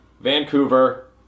Vancouver